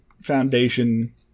Foundation